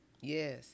Yes